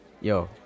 yo